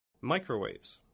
Microwaves